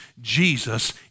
Jesus